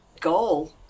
goal